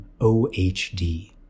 OHD